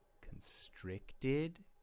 constricted